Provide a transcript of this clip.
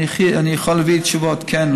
אני יכול להביא תשובות: כן,